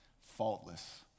Faultless